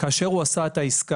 כאשר הוא עשה את העסקה.